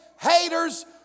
haters